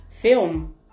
film